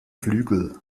flügel